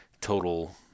total